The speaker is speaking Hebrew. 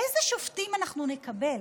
איזה שופטים אנחנו נקבל?